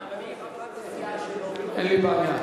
אני תורן, אבל היא חברת הסיעה שלו, אין לי בעיה.